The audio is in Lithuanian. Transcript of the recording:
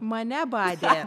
mane badė